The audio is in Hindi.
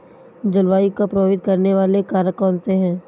जलवायु को प्रभावित करने वाले कारक कौनसे हैं?